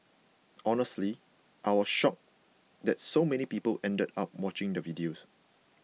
honestly I was shocked that so many people ended up watching the videos